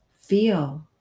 feel